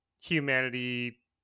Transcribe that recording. humanity